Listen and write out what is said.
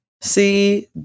See